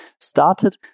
started